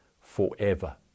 forever